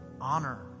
Honor